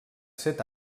set